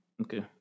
okay